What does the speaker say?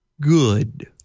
good